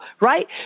right